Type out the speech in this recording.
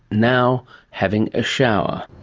now having a shower